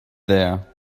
there